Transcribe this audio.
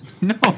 No